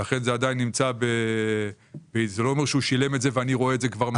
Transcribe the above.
זה לא שהוא שילם ואני רואה את זה כבר מולי.